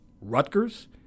Rutgers